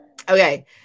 okay